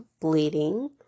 bleeding